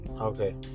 Okay